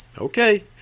Okay